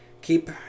Keep